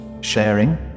Sharing